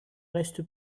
reste